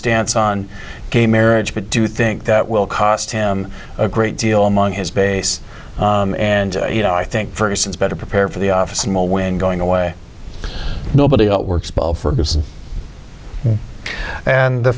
stance on gay marriage but do you think that will cost him a great deal among his base and you know i think for instance better prepare for the office more when going away nobody